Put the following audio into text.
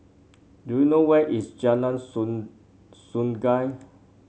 do you know where is Jalan Sungei